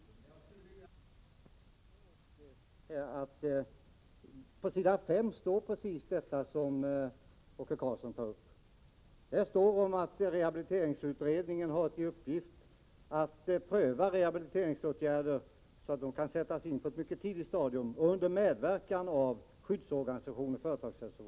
Herr talman! Jag skall fatta mig mycket kort. Jag skulle vilja tala om för Ove Karlsson att på s. 5 i utskottets betänkande står precis det som Ove Karlsson tar upp. Där sägs att rehabiliteringsutredningen har i uppdrag att pröva hur rehabiliteringsåtgärder kan sättas in på ett tidigt stadium under medverkan av skyddsorganisation och företagshälsovård.